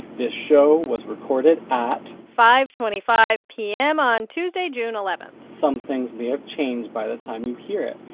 this show was recorded at. five twenty five p m. on tuesday, june eleven point some things may have changed by the time you hear it,